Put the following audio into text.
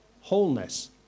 wholeness